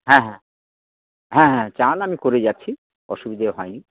হ্যাঁ হ্যাঁ হ্যাঁ হ্যাঁ স্নান আমি করে যাচ্ছি অসুবিধা হয় নি